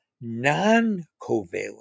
non-covalent